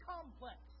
Complex